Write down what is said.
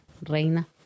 reina